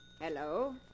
Hello